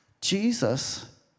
Jesus